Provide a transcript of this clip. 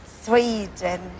Sweden